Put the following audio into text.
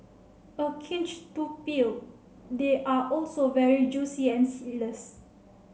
a cinch to peel they are also very juicy and seedless